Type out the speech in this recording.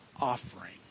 offering